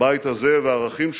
הבית הזה והערכים שבו,